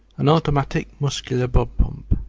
an automatic, muscular blood-pump.